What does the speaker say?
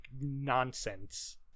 nonsense